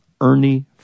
Ernie